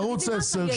ערוץ 10,